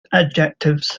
adjectives